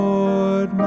Lord